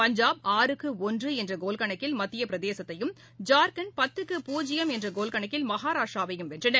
பஞ்சாப் ஆறுக்கு ஒன்று என்ற கோல் கணக்கில் மத்திய பிரதேசத்தையும் ஜார்க்கண்ட் பத்துக்கு பூஜ்ஜியம் என்ற கோல் கணக்கில் மகாராஷ்டிராவையும் வென்றன